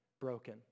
Broken